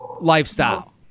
lifestyle